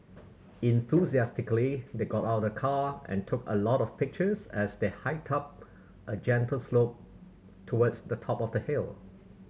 enthusiastically they got out of the car and took a lot of pictures as they hiked up a gentle slope towards the top of the hill